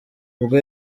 ubwo